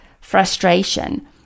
frustration